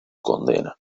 condena